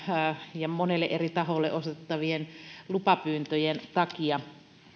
ja monelle eri taholle osoitettavien lupapyyntöjen takia